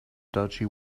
dodgy